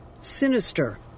sinister